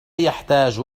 يحتاج